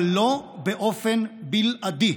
אבל לא באופן בלעדי,